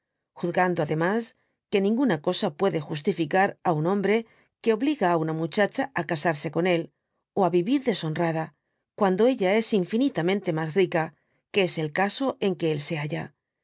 juzgando ademas que mnguna cosa puede justificar á un hombre que obliga á una mudiacha á casarse con éi ó á vivir deshonrada cuando ella es infinitamente mas rica que es el caso en que él se halla